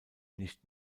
nicht